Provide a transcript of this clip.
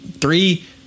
three